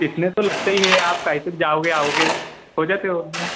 इतने तो लगते ही हैं आप कैसे जाओगे आओगे हो जाते वरना